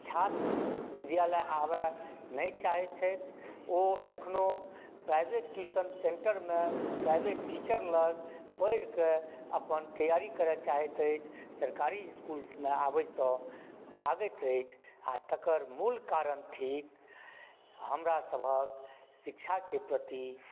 छात्र विद्यालय आबए नहि चाहैत छथि ओ अखनो प्राइवेट ट्यूशन सेंटरमे प्राइवेट टीचर लग पढ़िकऽ अपन तैयारी करए चाहैत अछि सरकारी इसकुल आबएसंँ भागैत अछि आ तेकर मूल कारण थीक हमरासभकेँ शिक्षाके प्रति